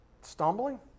stumbling